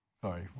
sorry